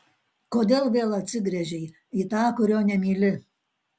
kodėl vėl atsigręžei į tą kurio nemyli